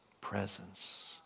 presence